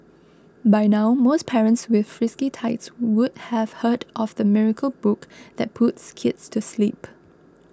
by now most parents with frisky tykes would have heard of the miracle book that puts kids to sleep